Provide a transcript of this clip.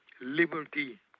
liberty